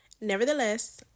Nevertheless